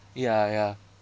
ya ya